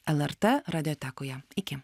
lrt radiotekoje iki